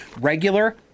Regular